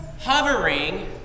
Hovering